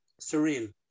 surreal